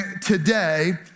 today